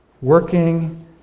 working